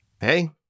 Hey